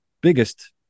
biggest